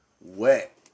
wet